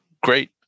Great